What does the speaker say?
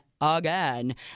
again